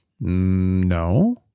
No